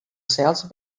sels